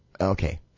okay